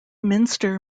minster